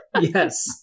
Yes